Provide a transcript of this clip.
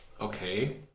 Okay